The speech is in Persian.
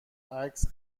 عکس